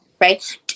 right